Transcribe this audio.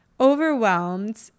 Overwhelmed